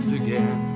again